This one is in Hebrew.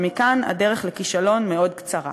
ומכאן הדרך לכישלון מאוד קצרה.